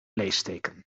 leesteken